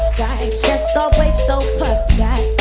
chest always so puffed